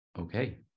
Okay